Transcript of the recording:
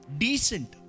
decent